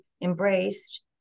embraced